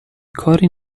کاری